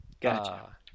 Gotcha